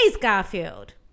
Garfield